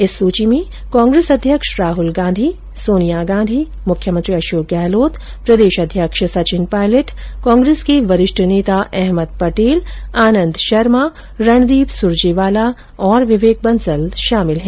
इस सूची में कांग्रेस अध्यक्ष राहुल गांधी सोनिया गांधी मुख्यमंत्री अशोक गहलोत प्रदेश अध्यक्ष सचिन पायलट कांग्रेस के वरिष्ठ नेता अहमद पटेल आनंद शर्मा रणदीप सुरजेवाला और विवेक बंसल शामिल हैं